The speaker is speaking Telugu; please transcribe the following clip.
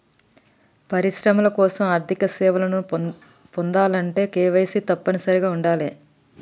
పరిశ్రమల కోసం ఆర్థిక సేవలను పొందాలంటే కేవైసీ తప్పనిసరిగా ఉండాలే